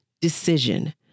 decision